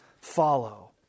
follow